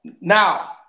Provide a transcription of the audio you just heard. Now